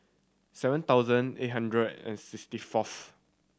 seven thousand eight hundred and sixty fourth